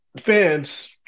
fans